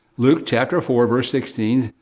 luke chapter four, verse sixteen.